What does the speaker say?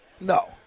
No